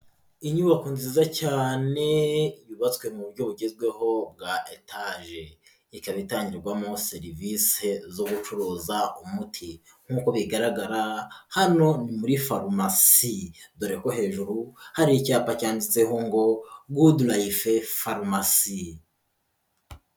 Inyubako nziza cyane yubatswe mu buryo bugezweho bwa etaje, ikaba itangirwamo serivise zo gucuruza umuti, nk'uko bigaragara hano ni muri farumasi dore ko hejuru hari icyapa cyanditseho ngo gudurayife farumasi.